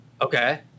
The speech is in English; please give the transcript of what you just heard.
Okay